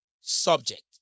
subject